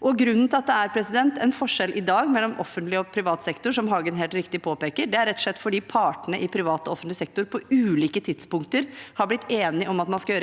Grunnen til at det er en forskjell i dag mellom offentlig og privat sektor, som Hagen helt riktig påpeker, er rett og slett fordi partene i privat og offentlig sektor på ulike tidspunkter har blitt enige om at man skal gjøre